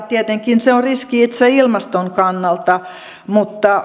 tietenkin se on riski itse ilmaston kannalta mutta